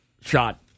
shot